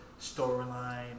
storyline